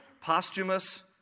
posthumous